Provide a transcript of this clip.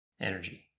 energy